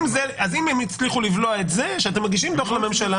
אם הם הצליחו לבלוע את זה שאתם מגישים דוח לממשלה